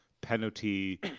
penalty